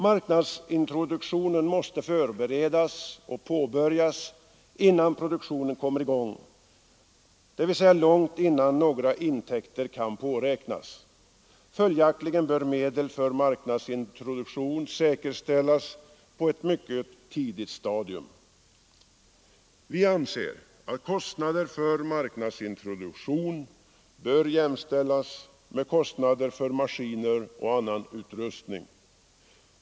Marknadsintroduktionen måste förberedas och påbörjas innan produktionen kommer i gång, dvs. långt innan några intäkter kan påräknas. Följaktligen bör medel för marknadsintroduktion säkerställas på ett mycket tidigt stadium. Vi anser att kostnader för marknadsintroduktion bör jämställas med kostnader för maskiner och annan utrustning.